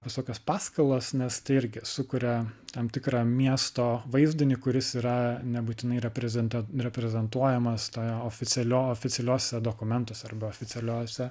visokios paskalos nes tai irgi sukuria tam tikrą miesto vaizdinį kuris yra nebūtinai reprezenta reprezentuojamas toje oficialio oficialiuose dokumentuose arba oficialiose